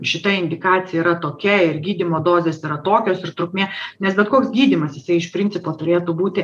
šita indikacija yra tokia ir gydymo dozės yra tokios ir trukmė nes bet koks gydymas jisai iš principo turėtų būti